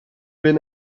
been